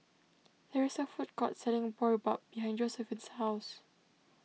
there is a food court selling Boribap behind Josiephine's house